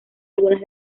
algunas